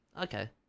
Okay